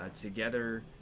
together